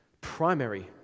primary